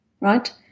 right